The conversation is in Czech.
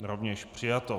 Rovněž přijato.